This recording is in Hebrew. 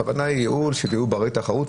הכוונה היא ייעול, תחרות.